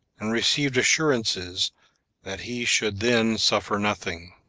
and received assurances that he should then suffer nothing.